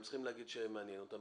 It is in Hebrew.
הם צריכים להגיד שזה מעניין אותם,